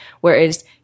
whereas